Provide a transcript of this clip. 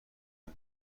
این